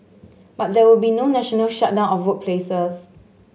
but there will be no national shutdown of workplaces